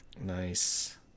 Nice